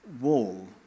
wall